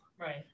Right